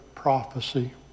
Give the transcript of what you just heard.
prophecy